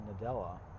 nadella